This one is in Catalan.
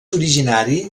originari